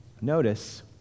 notice